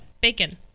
Bacon